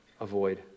avoid